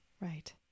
Right